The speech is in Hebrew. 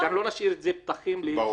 שלא נשאיר את זה פתוח לפרשנויות.